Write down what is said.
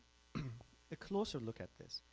a closer look at this.